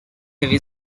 heavy